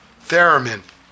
theremin